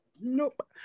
Nope